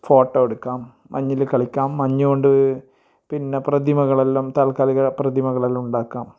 photo എടുക്കാം മഞ്ഞിൽ കളിക്കാം മഞ്ഞുകൊണ്ട് പിന്നെ പ്രതിമകളെല്ലാം തൽക്കാലിക പ്രതിമകളെല്ലാം ഉണ്ടാക്കാം